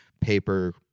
paper